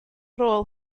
rôl